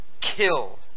kill